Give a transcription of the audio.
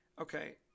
okay